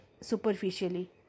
superficially